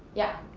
yeah.